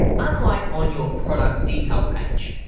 unlike on your product detail page.